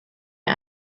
mir